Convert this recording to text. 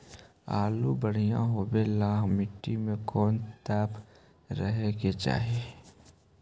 आलु बढ़िया होबे ल मट्टी में कोन तत्त्व रहे के चाही?